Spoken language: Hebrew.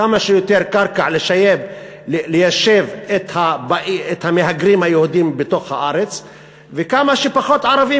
כמה שיותר קרקע ליישב את המהגרים היהודים בתוך הארץ וכמה שפחות ערבים,